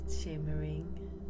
shimmering